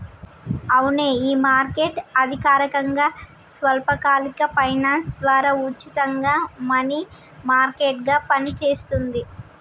అవునే ఈ మార్కెట్ అధికారకంగా స్వల్పకాలిక ఫైనాన్స్ ద్వారా ఉచితంగా మనీ మార్కెట్ గా పనిచేస్తుంది